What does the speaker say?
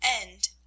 End